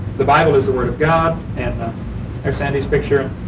the bible is the word of god. and there's sandy's picture.